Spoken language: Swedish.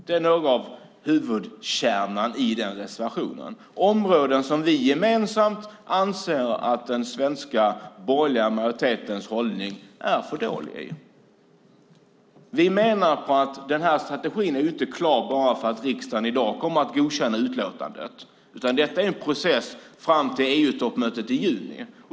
Det är några av huvudkärnorna i reservationen, områden som vi gemensamt anser att den svenska borgerliga majoritetens hållning är för dålig i. Vi menar att den här strategin inte är klar bara för att riksdagen i dag kommer att godkänna utlåtandet. Detta är en process fram till EU-toppmötet i juni.